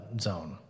zone